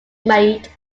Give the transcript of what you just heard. made